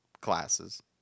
classes